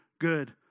good